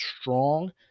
strong